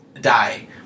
Die